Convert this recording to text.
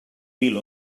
mil